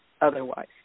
otherwise